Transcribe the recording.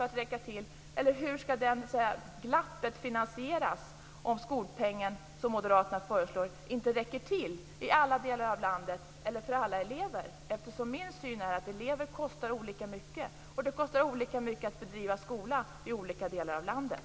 Hur skall det glappet finansieras om skolpengen, som Moderaterna föreslår, inte räcker till i alla delar av landet eller för alla elever? Min syn är att elever kostar olika mycket, och det kostar olika mycket att bedriva skola i olika delar av landet.